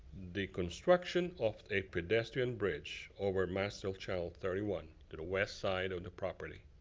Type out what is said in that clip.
the construction of a pedestrian bridge over master channel thirty one to the west side of the property,